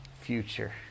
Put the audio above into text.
future